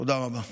תודה רבה.